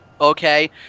Okay